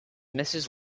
mrs